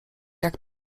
jak